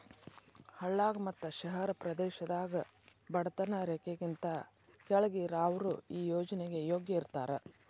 ಹಳ್ಳಾಗ ಮತ್ತ ಶಹರ ಪ್ರದೇಶದಾಗ ಬಡತನ ರೇಖೆಗಿಂತ ಕೆಳ್ಗ್ ಇರಾವ್ರು ಈ ಯೋಜ್ನೆಗೆ ಯೋಗ್ಯ ಇರ್ತಾರ